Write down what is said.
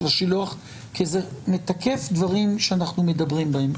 השילוח כי זה מתקף דברים שאנחנו מדברים בהם.